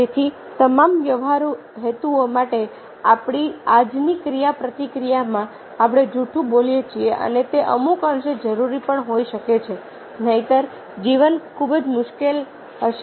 તેથી તમામ વ્યવહારુ હેતુઓ માટે આપણી આજની ક્રિયાપ્રતિક્રિયામાં આપણે જૂઠું બોલીએ છીએ અને તે અમુક અંશે જરૂરી પણ હોઈ શકે છે નહિંતર જીવન ખૂબ મુશ્કેલ હશે